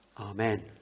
Amen